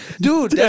Dude